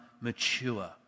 mature